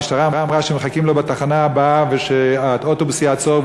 והמשטרה אמרה שמחכים לו בתחנה הבאה ושהאוטובוס יעצור,